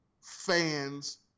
fans